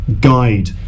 guide